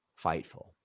Fightful